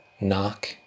knock